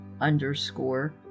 underscore